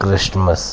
Christmas